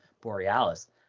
Borealis